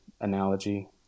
analogy